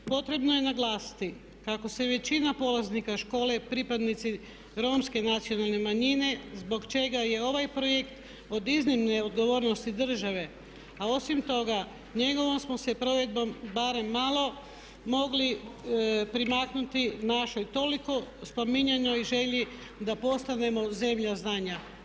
Potrebno je naglasiti kako su većina polaznika škole pripadnici Romske nacionalne manjine zbog čega je ovaj projekt od iznimne odgovornosti države ali osim toga njegovom smo se provedbom barem malo mogli primaknuti našoj toliko spominjanoj želji da postanemo želja znanja.